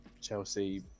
Chelsea